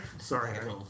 Sorry